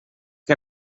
que